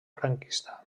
franquista